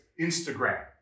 Instagram